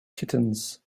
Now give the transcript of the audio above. kittens